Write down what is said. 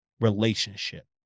relationship